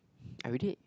I already